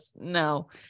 no